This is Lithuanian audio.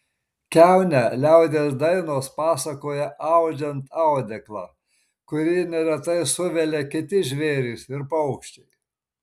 kiaunę liaudies dainos pasakoja audžiant audeklą kurį neretai suvelia kiti žvėrys ir paukščiai